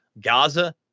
Gaza